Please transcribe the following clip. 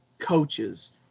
coaches